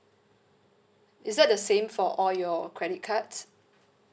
is that the same for all your credit cards